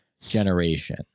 generation